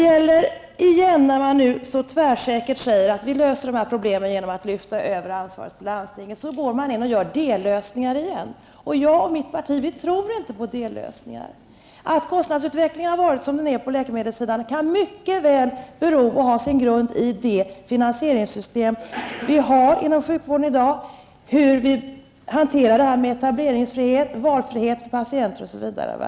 Genom att så tvärsäkert säga att vi genom att lyfta över ansvaret till landstinget löser dessa problem skapar man endast dellösningar igen. Jag och det parti som jag tillhör, moderaterna, tror inte på dellösningar. Att kostnadsutvecklingen har varit som den varit på läkemedelssidan kan mycket väl bero på det finansieringssystem vi har inom sjukvården i dag, på vilket sätt vi hanterar etableringsfrihet, valfrihet för patienter osv.